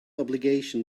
obligation